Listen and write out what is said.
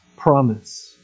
promise